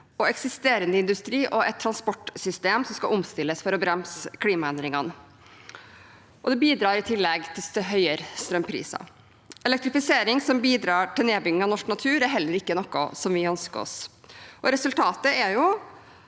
en eksisterende industri og et transportsystem som skal omstilles for å bremse klimaendringene. Det bidrar i tillegg til høyere strømpriser. Elektrifisering som bidrar til nedbygging av norsk natur, er heller ikke noe vi ønsker oss. Resultatet er at